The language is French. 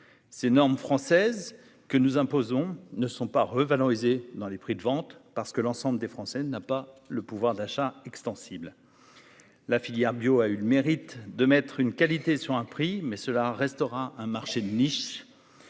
ces normes françaises que nous imposons ne sont pas revalorisées dans les prix de vente parce que l'ensemble des Français n'a pas le pouvoir d'achat extensible la filière bio a eu le mérite de mettre une qualité sur un prix, mais cela restera un marché de niche,